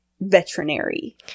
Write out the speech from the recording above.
veterinary